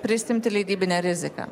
prisiimti leidybinę riziką